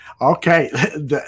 Okay